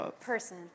person